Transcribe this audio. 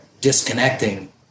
disconnecting